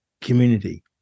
community